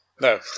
No